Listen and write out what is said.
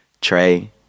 Trey